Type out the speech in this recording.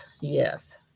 Yes